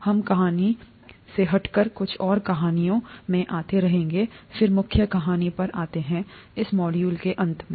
हम कहानी से हटकर कुछ ओर कहानियों में आते रहेंगे फिर मुख्य कहानी पर आते हैं इस मॉड्यूल के अंत में